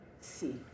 see